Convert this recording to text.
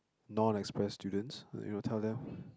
non express students you know tell them